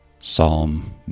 Psalm